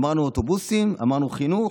אמרנו אוטובוסים, אמרנו חינוך.